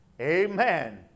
Amen